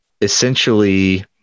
essentially